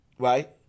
Right